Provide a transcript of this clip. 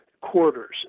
quarters